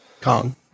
Kong